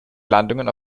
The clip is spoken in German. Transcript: landungen